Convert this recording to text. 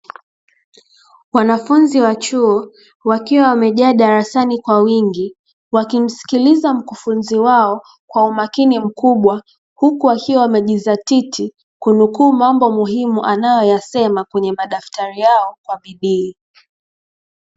Wanafunzi wa chuo wakiwa wamejaa darasani kwa wingi wakimsikiliza mkufunzi wao kwa umakini mkubwa, huku wakiwa wamejidhatiti kunukuu mambo muhimu anayoyasema kwenye madaftari yao kwa bidii.